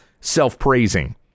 self-praising